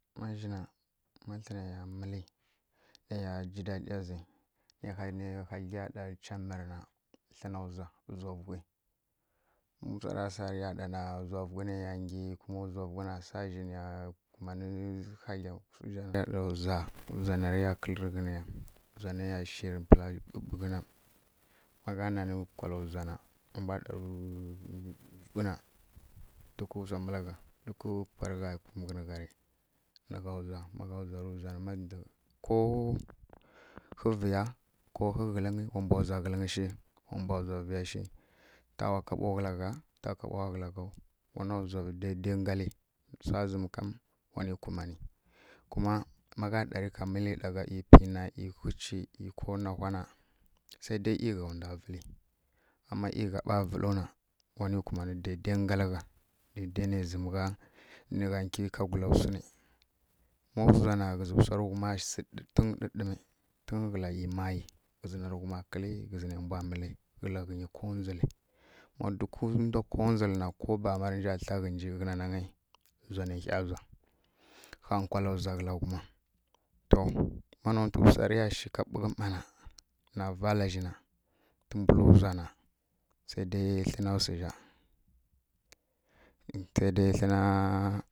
Má zhi na ma thlǝnai ya mǝlǝ nai ya ji daɗiya zǝ nai hadlyi ya ɗa camǝrǝ na thlǝna ndzwa, ndzwa vughǝ. Má swara sa rǝ ya ɗana ndzwa vughǝ nai ya nggyi kuma ghǝzǝ ra sa zhi nǝya hadlya ndzwa ndzwa, ndzwa narǝ ya kǝ́lǝ́ rǝ ghunǝ ya ndzwa narǝ ya shi nǝ pǝla ɓughǝ ɓughǝ na, ma gha nanǝ nkwala ndzwa na tǝ mbwa ɗa dukǝ swa mǝlǝ gha, dukǝ pwarǝ gha kumǝ ghǝn gha rǝ nǝ gha nzdwa, ma gha ndzwa rǝ ndzwa na, ko hǝvǝya ko hǝghǝlǝngǝ wa mbwa ndzwa ghǝlǝngǝ shi wa mbwa ndzwa vǝya shi. Ta wa kaɓo kǝla gha ta kaɓowa kǝla ghaw nǝ wana ndzwavǝ dai-dai nggalǝ gha, wanǝ kumanǝ, kuma ma gha ɗarǝ ka mǝlǝ ɗa gha ˈyi piyina ˈyi hǝci, ˈyi ko nahwa na sai dai yi gha ndwa vǝlǝ, ama ˈyi gha ɓa vǝlǝw na wanǝ kumanǝ dai-dai nggalǝ gha, dai- dai nai zǝmǝ gha nǝ gha nggyi kagula swi nǝ. Má swara na ɗǝɗǝmi don kǝla ˈyi mayi, ghǝzǝ narǝ ghuma kǝ́lǝ́ ghǝzǝ nai mbwa mǝlǝ kǝla ghǝnyi kondzǝlǝ. Má dukǝ ndwa kondzǝlǝ na ko bama rǝ nja thla ghǝnji ghǝnanangai ndzwa nai ghǝnja ndzwa ƙha nkwala ndzwa kǝla ghuma. Má nontǝ swarǝ ya shi ká ɓughǝ mma na na vala zhi na tǝmbula ndzwa sai dai thlǝna swu zha, thlǝna-